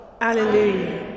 Alleluia